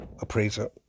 appraiser